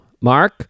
mark